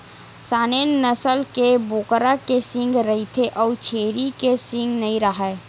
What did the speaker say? Saanen नसल के बोकरा के सींग रहिथे अउ छेरी के सींग नइ राहय